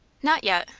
not yet,